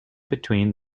between